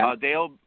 Dale